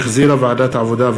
שהחזירה ועדת העבודה,